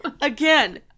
Again